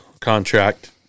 contract